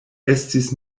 estis